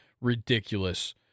ridiculous